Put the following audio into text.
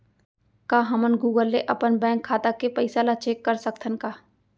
का हमन गूगल ले अपन बैंक खाता के पइसा ला चेक कर सकथन का?